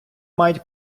мають